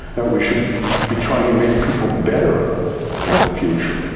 that we should be trying to make people better at the future?